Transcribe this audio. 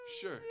sure